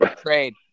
trade